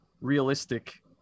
realistic